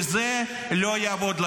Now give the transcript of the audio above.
וזה לא יעבוד לכם.